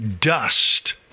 dust